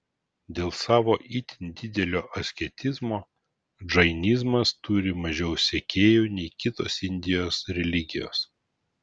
dėl savo itin didelio asketizmo džainizmas turi mažiau sekėjų nei kitos indijos religijos